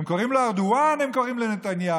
הם קוראים לו "ארדואן", הם קוראים לנתניהו.